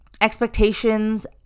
expectations